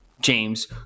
james